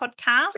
podcast